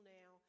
now –